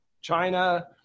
China